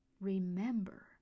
Remember